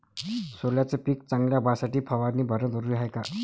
सोल्याचं पिक चांगलं व्हासाठी फवारणी भरनं जरुरी हाये का?